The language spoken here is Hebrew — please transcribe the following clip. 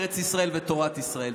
ארץ ישראל ותורת ישראל.